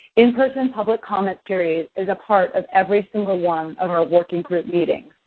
in-person public commentary is a part of every single one of our working group meetings.